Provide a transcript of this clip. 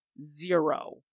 zero